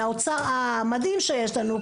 מהאוצר המדהים שיש לנו,